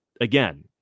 again